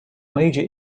major